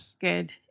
good